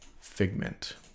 figment